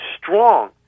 strong